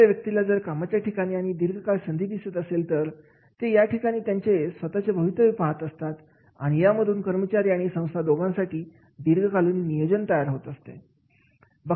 एखाद्या व्यक्तीला जर कामाच्या ठिकाणी आणि दीर्घकालीन संधी दिसत असेल तर ते या ठिकाणी त्यांचे स्वतःचे भवितव्य पाहत असतात आणि यामधून कर्मचारी आणि संस्था दोघांसाठी दीर्घकालीन नियोजन तयार होत असते